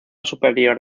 superior